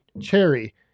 cherry